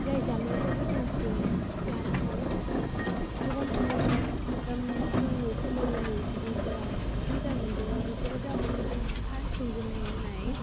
जाय जामुंखौ गोथावसिन जानानै गोबां सुबुङा बा जोंनि फेमिलिनि सुबुंफोरा मोजां मोनदोंमोन बेफोरो जादोंमोन आङो फार्स्त संजेननायावहाय